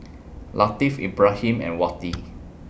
Latif Ibrahim and Wati